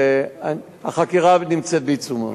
והחקירה נמצאת בעיצומה.